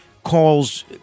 calls